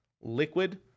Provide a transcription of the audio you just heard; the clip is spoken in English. Liquid